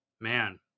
man